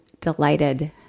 delighted